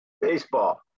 Baseball